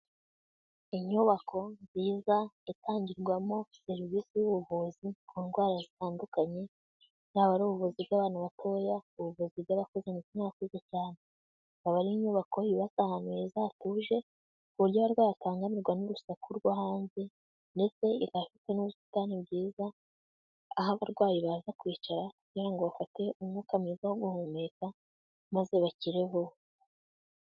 Inyubako nziza itangirwamo serivisi z'ubuvuzi ku ndwara zitandukanye, yaba ari ubuvuzi bw'abantu batoya, ubuvuzi bw'abakuze ndetse n'abakuze cyane. Ikaba ari inyubako yubatse ahantu heza hatuje ku buryo abarwayi batangamirwa n'urusaku rwo hanze ndetse ifite n'ubusitani bwiza aho abarwayi baza kwicara kugira ngo bafate umwuka mwiza wo guhumeka maze bakire vuba.